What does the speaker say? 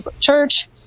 church